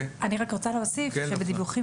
אני רוצה להוסיף ולומר שבדיווחים